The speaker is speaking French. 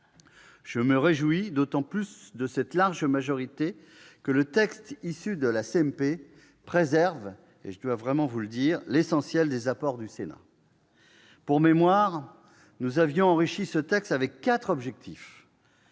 Je me réjouis d'autant plus de cette large majorité que le texte issu de la CMP préserve l'essentiel des apports du Sénat. Pour mémoire, nous avions enrichi ce texte selon quatre objectifs